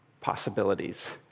possibilities